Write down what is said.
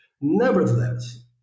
Nevertheless